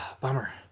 Bummer